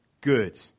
good